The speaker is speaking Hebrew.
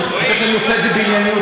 אני חושב שאני עושה את זה בענייניות,